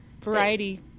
variety